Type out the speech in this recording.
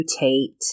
mutate